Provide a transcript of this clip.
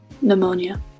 pneumonia